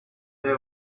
they